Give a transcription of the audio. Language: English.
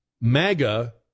MAGA